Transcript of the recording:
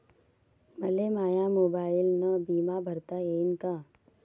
मले माया मोबाईलनं बिमा भरता येईन का?